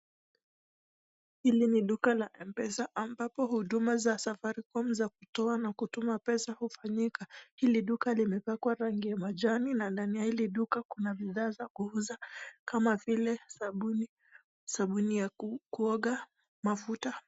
Hili ni duka la M-PESA ambapo huduma za Safaricom za kutoa na kutuma pesa ufanyika. Hili duka limepakwa rangi ya manjani na ndani ya hili duka kuna bidhaa za kuuza kama vile sabuni, sabuni ya kuoga, mafuta.